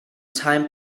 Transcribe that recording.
time